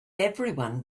everyone